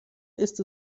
ist